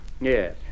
Yes